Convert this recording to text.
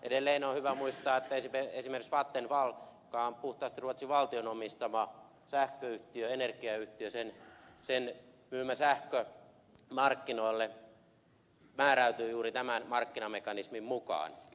edelleen on hyvä muistaa että esimerkiksi vattenfallin joka on puhtaasti ruotsin valtion omistama sähköyhtiö energiayhtiö myymä sähkö markkinoille määräytyy juuri tämän markkinamekanismin mukaan